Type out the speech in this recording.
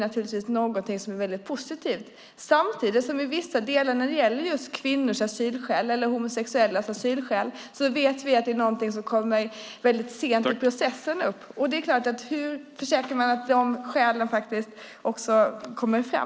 Samtidigt vet vi att vissa delar som gäller just kvinnors eller homosexuellas asylskäl kommer upp väldigt sent i processen. Hur säkrar man att de skälen faktiskt också kommer fram?